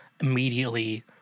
immediately